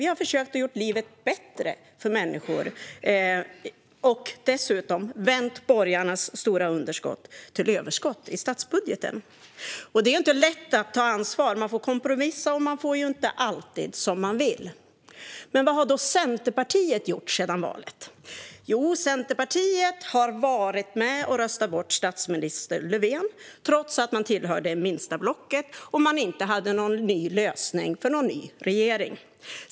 Vi har som sagt försökt att göra livet bättre för människor och dessutom vänt borgarnas stora underskott till överskott i statsbudgeten. Men det är inte lätt att ta ansvar. Man får kompromissa, och man får inte alltid som man vill. Vad har då Centerpartiet gjort sedan valet? Jo, ni var med och röstade bort statsminister Löfven, trots att ni tillhörde det minsta blocket och inte hade en lösning för en ny regering.